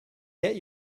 get